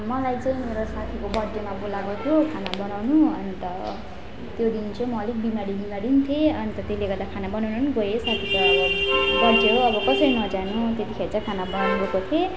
मलाई चाहिँ मेरो साथीको बर्थडेमा बोलाएको थियो खाना बनाउनु अन्त त्यो दिन चाहिँ म अलिक बिमारी बिमारी थिएँ अन्त त्यसले गर्दा खाना बनाउनु पनि गएँ साथीको बर्थडे हो अब कसरी नजानु त्यतिखेर चाहिँ खाना बनाउनु गएको थिएँ